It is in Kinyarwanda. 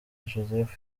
joseph